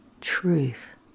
truth